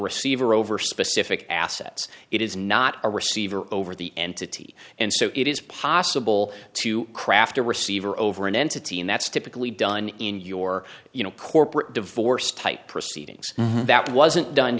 receiver over specific assets it is not a receiver over the entity and so it is possible to craft a receiver over an entity and that's typically done in your you know corporate divorce type proceedings that wasn't done